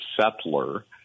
settler